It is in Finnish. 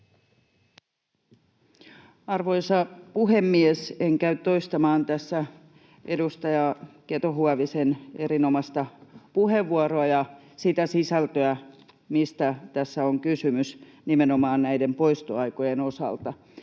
Arvoisa puhemies! En käy toistamaan edustaja Keto-Huovisen erinomaista puheenvuoroa ja sitä sisältöä, mistä tässä on kysymys nimenomaan näiden poistoaikojen osalta,